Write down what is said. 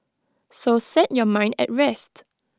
so set your mind at rest